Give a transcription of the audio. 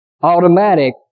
Automatic